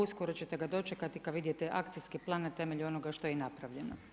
Uskoro ćete ga dočekati kada vidite akcijski plan na temelju onoga što je i napravljeno.